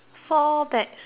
blue